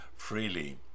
freely